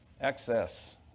excess